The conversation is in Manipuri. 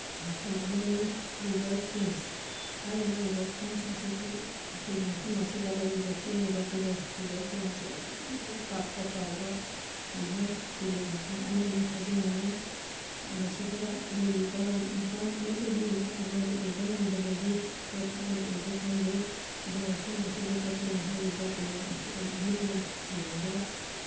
ꯃꯐꯝ ꯑꯃꯅꯤ ꯔꯤꯚꯔ ꯊꯤꯝꯁ ꯍꯥꯏꯔꯤꯕ ꯔꯤꯚꯔ ꯊꯤꯝꯁ ꯑꯁꯤꯁꯨ ꯑꯩꯈꯣꯏꯒꯤ ꯃꯐꯝ ꯑꯁꯤꯗ ꯂꯩꯔꯤꯕ ꯆꯦꯜꯂꯤꯕ ꯇꯨꯔꯦꯜ ꯔꯤꯚꯔ ꯊꯤꯝꯁ ꯑꯁꯤ ꯑꯗꯨꯛꯀꯤ ꯃꯇꯤꯛ ꯄꯥꯛꯄ ꯆꯥꯎꯕ ꯔꯤꯚꯔ ꯇꯨꯔꯦꯜ ꯃꯈꯜ ꯑꯃꯅꯤ ꯍꯥꯏꯖꯅꯤꯡꯉꯤ ꯃꯁꯤꯗ ꯂꯩꯔꯤꯕ ꯃꯄꯥꯟ ꯑꯃꯗꯒꯤ ꯃꯄꯥꯟ ꯑꯃꯗ ꯎꯕ ꯉꯝꯗꯕꯒꯤ ꯄꯣꯠꯁꯨ ꯑꯩꯅ ꯎꯕ ꯐꯪꯖꯩ ꯑꯗꯨꯅ ꯃꯐꯝ ꯑꯁꯤꯗ ꯆꯠꯇꯨꯅ ꯍꯥꯏꯔꯤꯕ ꯇꯨꯔꯦꯜ ꯑꯁꯤ ꯑꯩ ꯏꯃꯤꯠꯅ ꯌꯦꯡꯕ